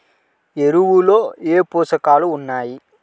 ఎరువులలో ఏ పోషకాలు ఉన్నాయి?